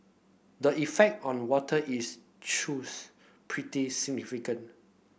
the effect on water is truth pretty significant